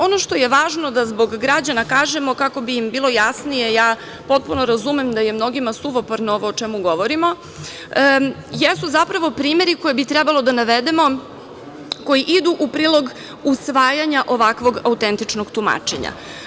Ono što je važno da zbog građana kažemo kako bi im bilo jasnije, ja potpuno razumem da je mnogima suvoparno ovo o čemu govorimo, jesu zapravo primeri koje bi trebalo da navedemo koji idu u prilog usvajanja ovakvog autentičnog tumačenja.